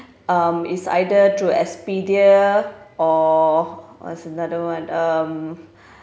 um it's either through expedia or what's another one um